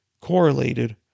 correlated